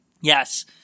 Yes